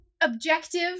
objective